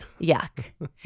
Yuck